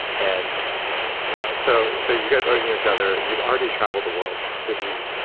and so so you guys already knew each other, and you'd already traveled the world pretty.